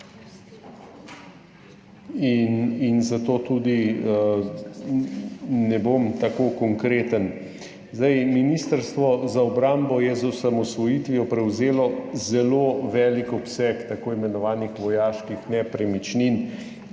in zato tudi ne bom tako konkreten. Ministrstvo za obrambo je z osamosvojitvijo prevzelo zelo velik obseg tako imenovanih vojaških nepremičnin,